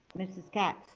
ms. katz?